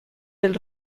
del